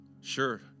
Sure